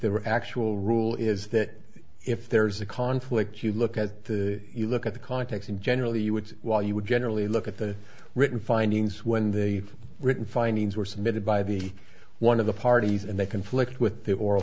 are actual rule is that if there's a conflict you look at the you look at the context generally you would while you would generally look at the written findings when the written findings were submitted by the one of the parties and they conflict with